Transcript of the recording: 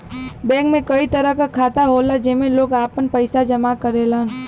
bank में कई तरह क खाता होला जेमन लोग आपन पइसा जमा करेलन